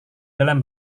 dalam